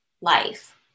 life